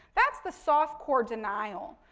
that's the soft core denial,